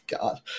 God